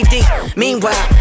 Meanwhile